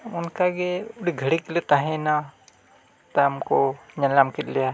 ᱚᱱᱠᱟᱜᱮ ᱟᱹᱰᱤ ᱜᱷᱟᱹᱲᱤᱠ ᱞᱮ ᱛᱟᱦᱮᱭᱮᱱᱟ ᱛᱟᱭᱚᱢ ᱠᱚ ᱧᱮᱞᱧᱟᱢ ᱠᱮᱫ ᱞᱮᱭᱟ